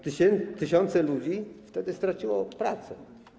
Tysiące ludzi wtedy straciło pracę.